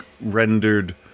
rendered